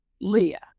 Leah